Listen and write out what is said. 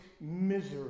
misery